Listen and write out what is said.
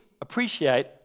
appreciate